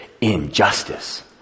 injustice